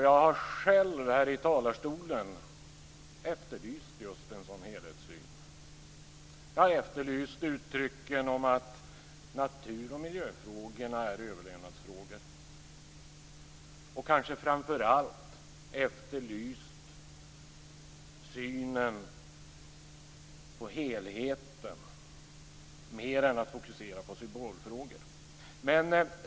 Jag har själv här i talarstolen efterlyst just en sådan helhetssyn. Jag har efterlyst uttrycken om att natur och miljöfrågorna är överlevnadsfrågor. Kanske har jag framför allt efterlyst mer en helhetssyn än en fokusering på symbolfrågor.